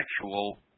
actual